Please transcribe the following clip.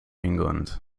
england